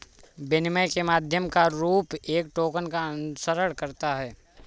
विनिमय के माध्यम का रूप एक टोकन का अनुसरण करता है